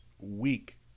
week